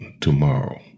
tomorrow